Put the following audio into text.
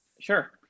sure